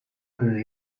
plus